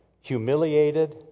humiliated